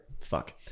fuck